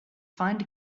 find